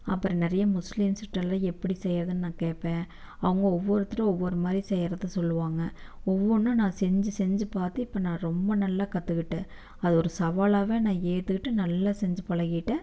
அப்புறம் நிறையா முஸ்லிம்ஸ்கிட்ட எல்லாம் எப்படி செய்கிறதுன்னு நான் கேட்பேன் அவங்க ஒவ்வொருத்தரும் ஒவ்வொரு மாதிரி செய்கிறத்த சொல்லுவாங்க ஒவ்வொன்றும் நான் செஞ்சு செஞ்சு பார்த்து இப்போ நான் ரொம்ப நல்லா கற்றுக்கிட்டேன் அதை ஒரு சவாலாகவே நான் ஏற்றுக்கிட்டு நல்லா செஞ்சு பழகிட்டேன்